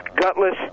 Gutless